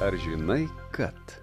ar žinai kad